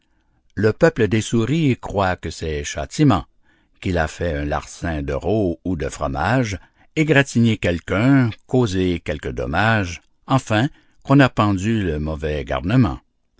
le peuple des souris croit que c'est châtiment qu'il a fait un larcin de rôt ou de fromage égratigné quelqu'un causé quelque dommage enfin qu'on a pendu le mauvais garnement